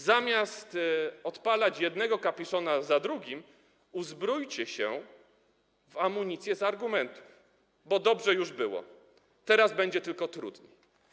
Zamiast odpalać jednego kapiszona za drugim, uzbrójcie się w amunicję z argumentów, bo dobrze już było, teraz będzie tylko trudniej.